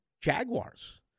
Jaguars